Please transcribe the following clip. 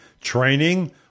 training